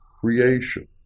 creation